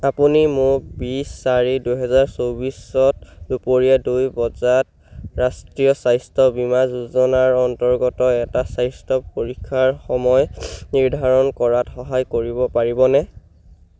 আপুনি মোক বিছ চাৰি দুহেজাৰ চৌবিছত দুপৰীয়া দুই বজাত ৰাষ্ট্ৰীয় স্বাস্থ্য বীমা যোজনাৰ অন্তৰ্গত এটা স্বাস্থ্য পৰীক্ষাৰ সময় নিৰ্ধাৰণ কৰাত সহায় কৰিব পাৰিবনে